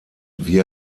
wie